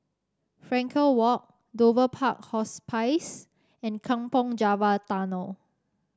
Frankel Walk Dover Park Hospice and Kampong Java Tunnel